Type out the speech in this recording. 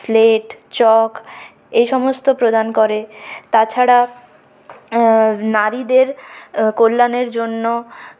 slate chalk এইসমস্ত প্রদান করে তাছাড়া নারীদের কল্যানের জন্য